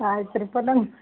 ಆಯ್ತು ರೀ ಕಾಟನ್